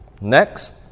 Next